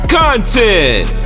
content